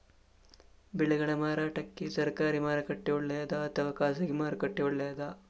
ಬೆಳೆಗಳ ಮಾರಾಟಕ್ಕೆ ಸರಕಾರಿ ಮಾರುಕಟ್ಟೆ ಒಳ್ಳೆಯದಾ ಅಥವಾ ಖಾಸಗಿ ಮಾರುಕಟ್ಟೆ ಒಳ್ಳೆಯದಾ